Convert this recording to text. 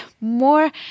more